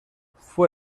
fue